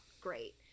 great